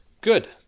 Good